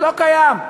לא קיים.